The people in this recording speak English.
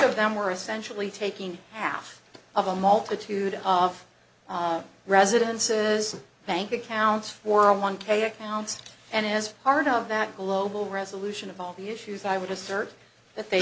of them were essentially taking half of a multitude of residences bank accounts for a one k accounts and as part of that global resolution of all the issues i would assert that they